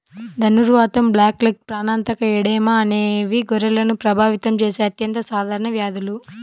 ధనుర్వాతం, బ్లాక్లెగ్, ప్రాణాంతక ఎడెమా అనేవి గొర్రెలను ప్రభావితం చేసే అత్యంత సాధారణ వ్యాధులు